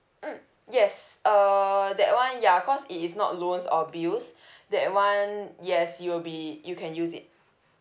mm yes uh that [one] ya because it is not loans or bills that [one] yes you'll be you can use it